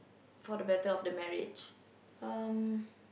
for the better of the marriage um